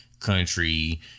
country